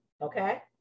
okay